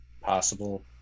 possible